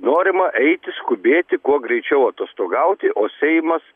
norima eiti skubėti kuo greičiau atostogauti o seimas